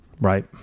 Right